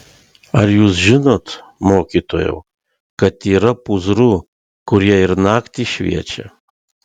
ar jūs žinot mokytojau kad yra pūzrų kurie ir naktį šviečia